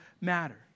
matter